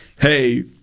hey